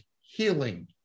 Healing